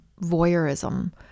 voyeurism